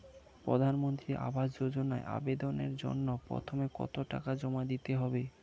প্রধানমন্ত্রী আবাস যোজনায় আবেদনের জন্য প্রথমে কত টাকা জমা দিতে হবে?